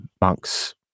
monks